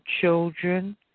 children